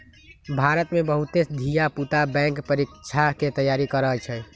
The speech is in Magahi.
भारत में बहुते धिया पुता बैंक परीकछा के तैयारी करइ छइ